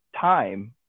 time